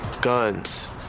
Guns